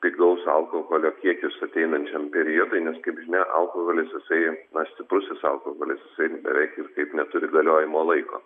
pigaus alkoholio kiekius ateinančiam periodui nes kaip žinia alkoholis jisai na stiprusis alkoholis jisai beveik ir kaip neturi galiojimo laiko